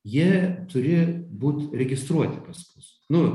jie turi būt registruoti pas mus nu